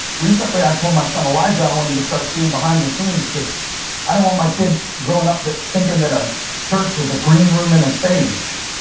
recently i told my son elijah i want him to start seeing behind the scenes, because i didn't want my kid growing up thinking that a church was a green room and a stage.